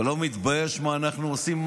אתה לא מתבייש, מה אנחנו עושים?